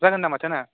जागोन ना माथो ना